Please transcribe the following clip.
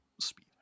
speed